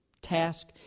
task